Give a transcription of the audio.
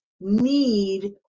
need